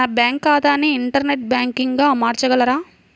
నా బ్యాంక్ ఖాతాని ఇంటర్నెట్ బ్యాంకింగ్గా మార్చగలరా?